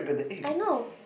I know